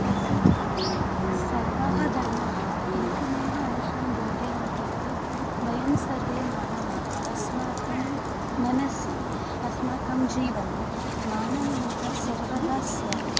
यत् सर्वाः धर्माः एकमेव अंशं बोधयन्ति यत् वयं सर्वे मानवाः अस्माकं मनसि अस्माकं जीवने मानवीयता सर्वदा स्यात्